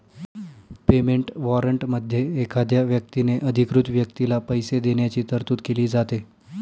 payment वॉरंटमध्ये एखाद्या व्यक्तीने अधिकृत व्यक्तीला पैसे देण्याची तरतूद केली जाते